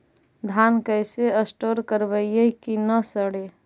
धान कैसे स्टोर करवई कि न सड़ै?